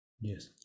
Yes